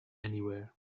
anywhere